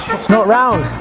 it's not round!